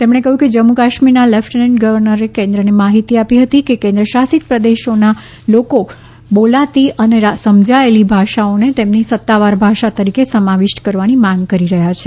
તેમણે કહ્યું કે જમ્મુ કાશ્મીરના લેફ્ટનન્ટ ગવર્નરે કેન્દ્રને માહિતી આપી હતી કે કેન્દ્રશાસિત પ્રદેશોના લોકો બોલાતી અને સમજાયેલી ભાષાઓને તેમની સત્તાવાર ભાષા તરીકે સમાવિષ્ટ કરવાની માંગ કરી રહ્યા છે